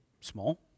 small